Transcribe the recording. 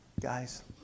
guys